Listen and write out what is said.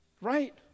right